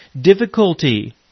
difficulty